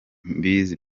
mbizi